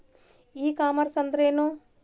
E commerce ಅಂದ್ರೇನು?